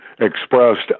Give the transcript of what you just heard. expressed